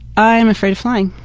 i'm afraid of flying.